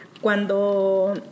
Cuando